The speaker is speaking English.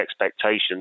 expectations